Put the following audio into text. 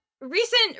recent